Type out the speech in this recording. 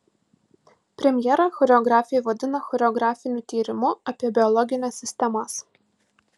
premjerą choreografė vadina choreografiniu tyrimu apie biologines sistemas